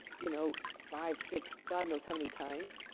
you know, five, six, god knows how many times,